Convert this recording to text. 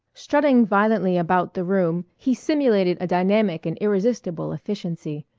strutting violently about the room, he simulated a dynamic and irresistible efficiency.